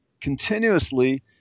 continuously –